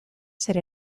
zer